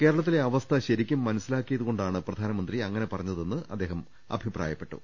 കേ രളത്തിലെ അവസ്ഥ ശരിക്കും മനസ്സിലാക്കിയതുകൊണ്ടാണ് പ്ര ധാനമന്ത്രി അങ്ങനെ പറഞ്ഞതെന്ന് അദ്ദേഹം അഭിപ്രായപ്പെട്ടു